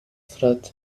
fratre